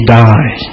die